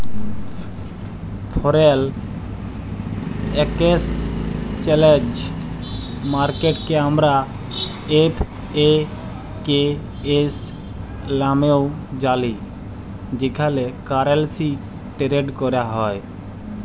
foreign exchange মার্কেটকে আমরা এফ.এ.কে.এস লামেও জালি যেখালে কারেলসি টেরেড ক্যরা হ্যয়